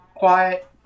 Quiet